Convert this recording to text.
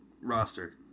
roster